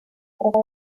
propia